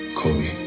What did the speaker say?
Kobe